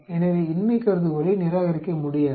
எனவே இன்மை கருதுகோளை நிராகரிக்க முடியாது